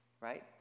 right